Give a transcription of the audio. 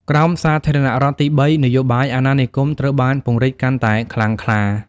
ក្រោមសាធារណរដ្ឋទីបី នយោបាយអាណានិគមត្រូវបានពង្រីកកាន់តែខ្លាំងក្លា។